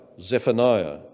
Zephaniah